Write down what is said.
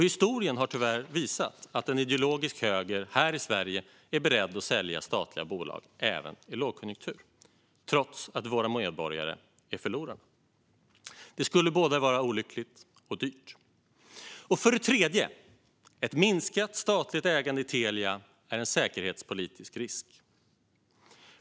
Historien har tyvärr visat att en ideologisk höger här i Sverige är beredd att sälja statliga bolag även i lågkonjunktur, trots att våra medborgare är förlorarna. Det skulle vara både olyckligt och dyrt. För det tredje är ett minskat statligt ägande i Telia en säkerhetspolitisk risk.